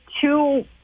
two